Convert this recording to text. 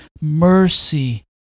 mercy